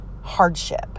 hardship